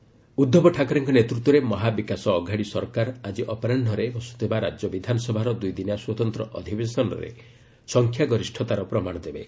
ମହା ଫ୍ଲୋର୍ଟେଷ୍ଟ୍ ଉଦ୍ଧବ ଠାକରେଙ୍କ ନେତୃତ୍ୱରେ ମହାବିକାଶ ଅଘାଡ଼ି ସରକାର ଆଜି ଅପରାହ୍ନରେ ବସୁଥିବା ରାଜ୍ୟ ବିଧାନସଭାର ଦୁଇଦିନିଆ ସ୍ୱତନ୍ତ୍ର ଅଧିବେଶନରେ ସଂଖ୍ୟାଗରିଷତାର ପ୍ରମାଣ ଦେବେ